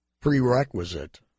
prerequisite